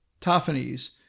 Tophanes